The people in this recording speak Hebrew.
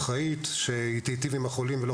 אחראית שתיטיב עם החולים ולא,